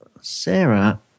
Sarah